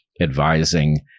advising